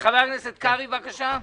חבר הכנסת קרעי, בבקשה.